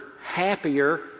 happier